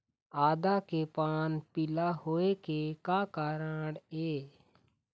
आदा के पान पिला होय के का कारण ये?